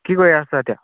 কি কৰি আছা এতিয়া